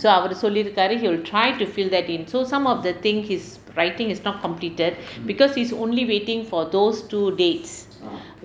so அவரு சொல்லிருக்காரு:avaru sollirukaaru he will try to fill that in so~ some of the thing his writing is not completed because he's only waiting for those two dates